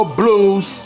blues